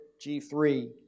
G3